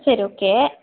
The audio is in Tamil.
சரி ஓகே